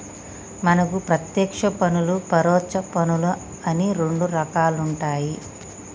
మనకు పత్యేక్ష పన్నులు పరొచ్చ పన్నులు అని రెండు రకాలుంటాయి